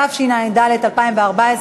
התשע"ד 2014,